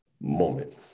moment